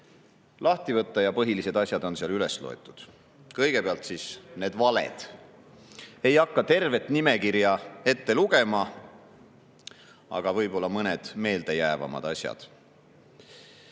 lahti võtta ja põhilised asjad on seal üles loetud. Kõigepealt need valed. Ei hakka tervet nimekirja ette lugema, aga võib-olla mõned meeldejäävamad asjad.